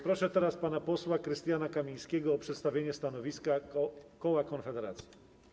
Proszę teraz pana posła Krystiana Kamińskiego o przedstawienie stanowiska koła Konfederacja.